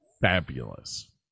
fabulous